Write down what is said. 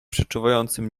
przeczuwającym